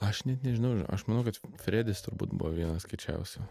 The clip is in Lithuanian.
aš net nežinau aš manau kad fredis turbūt buvo vienas kiečiausių